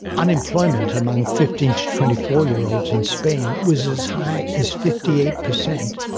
unemployment among fifteen to twenty four year olds in spain was as high as fifty eight per cent.